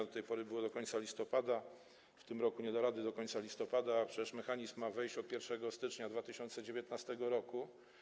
Do tej pory było to do końca listopada, w tym roku nie damy rady do końca listopada, a przecież mechanizm ma wejść od 1 stycznia 2019 r.